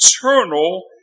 Eternal